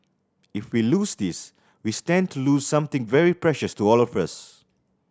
if we lose this we stand to lose something very precious to all of us